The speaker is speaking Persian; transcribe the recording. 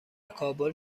کابل